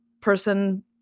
person